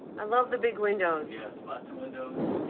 i love the big windows. yes, lots of windows.